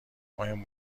مهم